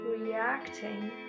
reacting